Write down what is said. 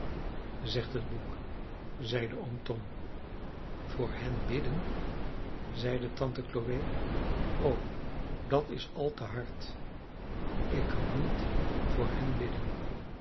zegt het boek zeide oom tom voor hen bidden zeide tante chloe o dat is al te hard ik kan niet voor hen bidden